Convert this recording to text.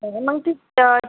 तर